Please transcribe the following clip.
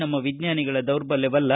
ನಮ್ಮ ವಿಜ್ಞಾನಿಗಳ ದೌರ್ಬಲ್ಯವಲ್ಲ